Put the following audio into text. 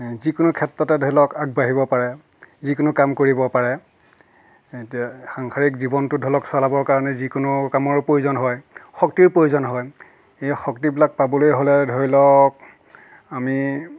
যিকোনো ক্ষেত্ৰতে ধৰি লওক আগবাঢ়িব পাৰে যি কোনো কাম কৰিব পাৰে এতিয়া সাংসাৰিক জীৱনটো ধৰি লওক চলাবৰ বাবে যি কোনো কামৰ প্ৰয়োজন হয় শক্তিৰ প্ৰয়োজন হয় এই শক্তিবিলাক পাবলৈ হ'লে ধৰি লওক আমি